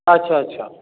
अच्छा अच्छा